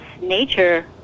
nature